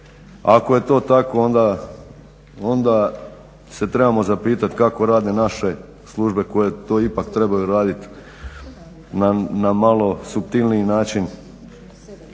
Ako je to tako onda se trebamo zapitati kako rade naše službe koje to ipak trebaju radit na malo suptilniji način.